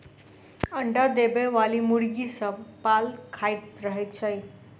अंडा देबयबाली मुर्गी सभ पाल खाइत रहैत छै